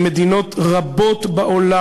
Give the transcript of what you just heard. שמדינות רבות בעולם,